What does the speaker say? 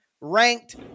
ranked